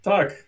Tak